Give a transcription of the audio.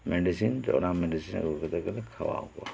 medicine ᱚᱱᱟ medicine ᱟᱹᱜᱩ ᱠᱟᱛᱮ ᱜᱮᱞᱮ ᱠᱷᱟᱣ ᱠᱚᱣᱟ